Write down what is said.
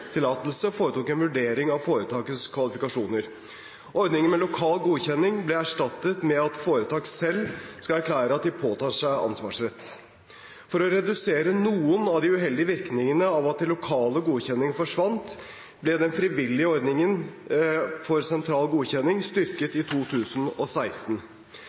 foretok en vurdering av foretakets kvalifikasjoner. Ordningen med lokal godkjenning ble erstattet med at foretak selv skal erklære at de påtar seg ansvarsrett. For å redusere noen av de uheldige virkningene av at lokal godkjenning forsvant, ble den frivillige ordningen for sentral godkjenning